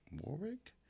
Warwick